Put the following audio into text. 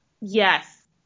Yes